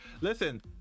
Listen